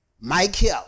Michael